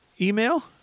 Email